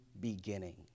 beginning